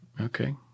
Okay